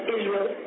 Israel